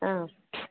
ಹಾಂ